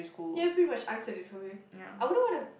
ya pretty much answer it for me I wouldn't wanna